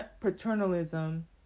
paternalism